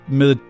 med